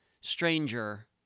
stranger